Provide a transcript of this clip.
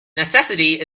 necessity